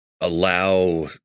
allow